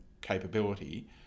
capability